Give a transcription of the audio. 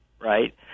right